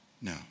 No